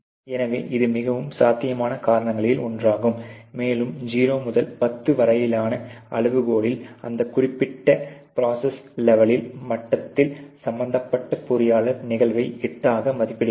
எனவே இது மிகவும் சாத்தியமான காரணங்களில் ஒன்றாகும் மேலும் 0 முதல் 10 வரையிலான அளவுகோலில் அந்த குறிப்பிட்ட ப்ரோசஸ் லெவெல் மட்டத்தில் சம்பந்தப்பட்ட பொறியாளர் நிகழ்வை 8 ஆக மதிப்பிடுகிறார்